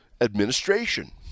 Administration